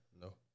No